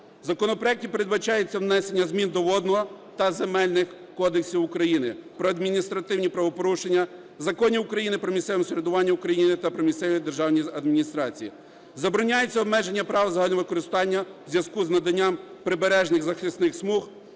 законопроекті передбачається внесення змін до Водного та Земельного кодексів України, про адміністративні правопорушення, законів України про місцеве самоврядування в Україні та про місцеві державні адміністрації. Забороняється обмеження прав загального використання в зв'язку з наданням прибережних захисних смуг